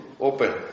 open